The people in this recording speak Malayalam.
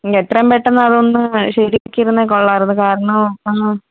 മ് എത്രയും പെട്ടെന്നതൊന്ന് ശെരിയാക്കിയിരുന്നേൽ കൊള്ളാമായിരുന്നു കാരണം ഒന്ന്